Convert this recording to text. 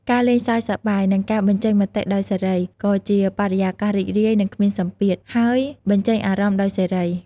ការលេងសើចសប្បាយ និងការបញ្ចេញមតិដោយសេរី ក៏ជាបរិយាកាសរីករាយ និងគ្មានសម្ពាធ ហើយបញ្ចេញអារម្មណ៍ដោយសេរី។